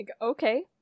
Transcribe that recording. Okay